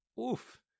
oof